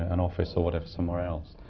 an office or whatever, somewhere else.